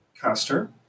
Caster